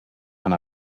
and